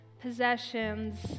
possessions